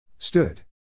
Stood